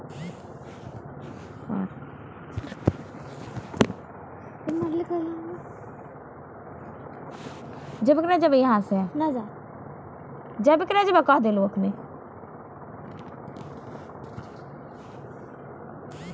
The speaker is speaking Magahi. नाकरात्मक नकदी आमतौर पर मुनाफा के माध्यम से खतम करल जा सको हय